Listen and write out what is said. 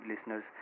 listeners